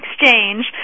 exchange